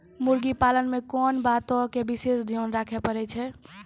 मुर्गी पालन मे कोंन बातो के विशेष ध्यान रखे पड़ै छै?